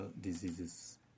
diseases